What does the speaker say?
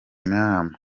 nama